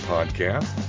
Podcast